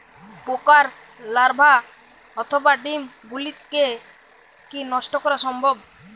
পোকার লার্ভা অথবা ডিম গুলিকে কী নষ্ট করা সম্ভব?